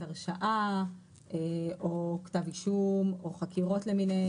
הרשאה או כתב אישום או חקירות למיניהן.